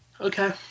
Okay